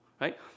right